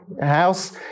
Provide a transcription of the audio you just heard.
house